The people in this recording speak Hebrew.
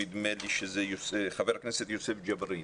נדמה לי שזה חבר הכנסת יוסף ג'בארין